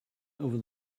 over